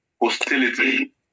hostility